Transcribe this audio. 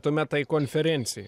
tuomet tai konferencijai